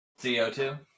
CO2